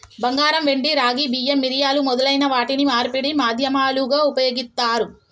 బంగారం, వెండి, రాగి, బియ్యం, మిరియాలు మొదలైన వాటిని మార్పిడి మాధ్యమాలుగా ఉపయోగిత్తారు